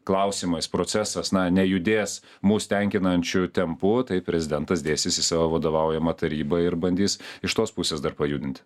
klausimais procesas na nejudės mus tenkinančiu tempu tai prezidentas dėsis į savo vadovaujamą tarybą ir bandys iš tos pusės dar pajudinti